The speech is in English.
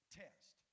test